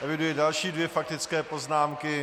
Eviduji další dvě faktické poznámky.